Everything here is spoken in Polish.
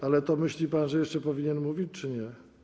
Ale myśli pan, że jeszcze powinien mówić czy nie?